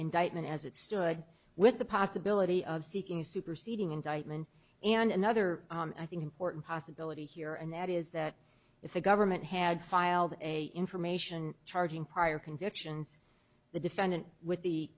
indictment as it stood with the possibility of seeking a superseding indictment and another i think important possibility here and that is that if the government had filed a information charging prior convictions the defendant with the